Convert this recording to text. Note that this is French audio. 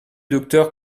docteur